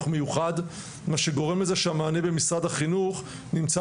מה שגורם לזה שהמענה במשרד החינוך נמצא